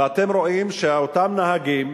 אתם רואים שאותם נהגים,